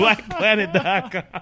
BlackPlanet.com